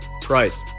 price